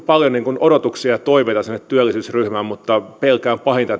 paljon odotuksia ja toiveita sinne työllisyysryhmään mutta pelkään pahinta